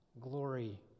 glory